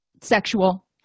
sexual